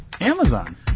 Amazon